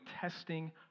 testing